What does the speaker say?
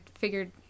figured